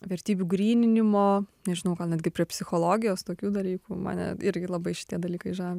vertybių gryninimo nežinau gal netgi prie psichologijos tokių dalykų mane irgi labai šitie dalykai žavi